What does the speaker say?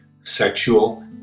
sexual